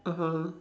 (uh huh)